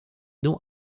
dons